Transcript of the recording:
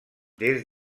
des